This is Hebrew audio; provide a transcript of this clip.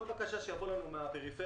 כל בקשה שתבוא אלינו מהפריפריה